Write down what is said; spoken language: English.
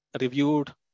reviewed